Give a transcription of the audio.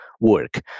work